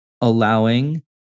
allowing